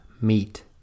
meet